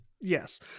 Yes